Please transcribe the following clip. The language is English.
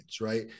right